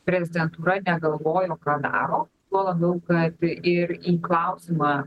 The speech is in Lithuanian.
prezidentūra negalvojo ką daro tuo labiau kad ir į klausimą